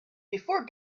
before